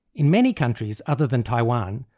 in many countries other than taiwan,